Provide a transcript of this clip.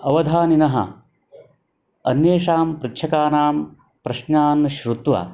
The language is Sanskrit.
अवधानिनः अन्येषां पृच्छकानां प्रश्नान् श्रुत्वा